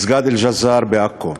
מסגד אל-ג'זאר בעכו.